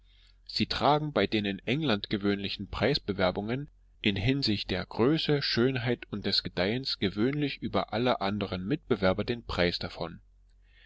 sie tragen bei den in england gewöhnlichen preisbewerbungen in hinsicht der größe schönheit und des gedeihens gewöhnlich über alle anderen mitbewerber den preis davon